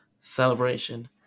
Celebration